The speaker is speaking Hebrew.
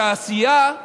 בתעשייה,